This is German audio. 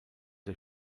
der